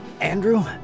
Andrew